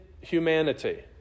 humanity